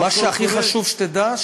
מה שהכי חשוב שתדע,